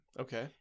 Okay